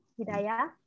Hidayah